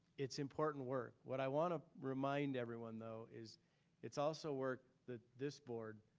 it's important work. what i wanna remind everyone though, is it's also work that this board,